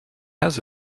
has